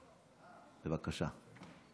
בבקשה.